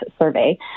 Survey